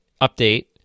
update